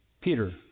Peter